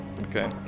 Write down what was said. Okay